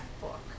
book